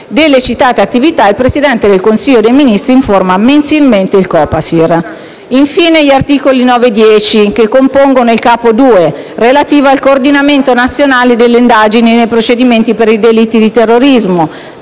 Delle citate attività, il Presidente del Consiglio dei ministri informa mensilmente il Copasir. Gli articoli 9 e 10, infine, che compongono il capo II, relativo al coordinamento nazionale delle indagini nei procedimenti per i delitti di terrorismo,